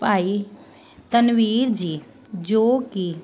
ਭਾਈ ਤਨਵੀਰ ਜੀ ਜੋ ਕਿ